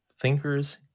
thinkers